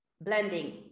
blending